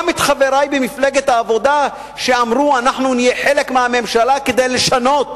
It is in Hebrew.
גם את חברי במפלגת העבודה שאמרו: נהיה חלק מהממשלה כדי לשנות,